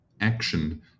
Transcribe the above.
action